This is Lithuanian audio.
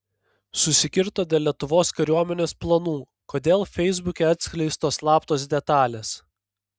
susikirto dėl lietuvos kariuomenės planų kodėl feisbuke atskleistos slaptos detalės